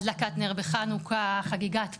הדלקת נרות בחנוכה, חגיגות פורים.